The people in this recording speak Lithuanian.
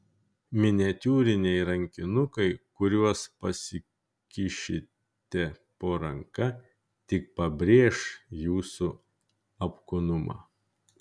miniatiūriniai rankinukai kuriuos pasikišite po ranka tik pabrėš jūsų apkūnumą